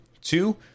two